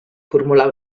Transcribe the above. formular